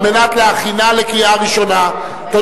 על מנת להכינה לקריאה ראשונה.